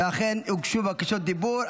ואכן הוגשו בקשות דיבור.